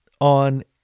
on